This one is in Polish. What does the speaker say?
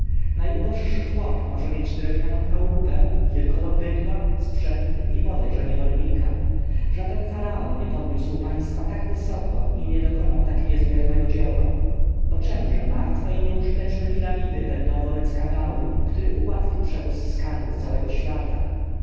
najuboższy chłop może mieć drewnianą chałupę kilkoro bydła sprzęty i bodaj że niewolnika żaden faraon nie podniósł państwa tak wysoko i nie dokonał tak niezmiernego dzieła bo czemże martwe i nieużyteczne piramidy będą wobec kanału który ułatwi przewóz skarbów całego świata